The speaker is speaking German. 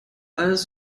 als